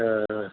ആ അ